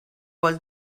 was